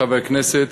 חברי הכנסת,